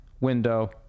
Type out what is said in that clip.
window